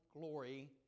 glory